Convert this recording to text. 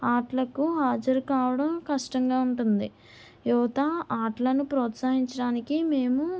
ఆట్లకు హాజరు కావడం కష్టంగా ఉంటుంది యువత ఆటలను ప్రోత్సహించడానికి మేము